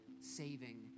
saving